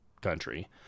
country